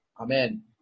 Amen